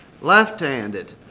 left-handed